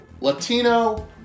Latino